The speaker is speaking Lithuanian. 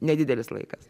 nedidelis laikas